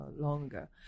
longer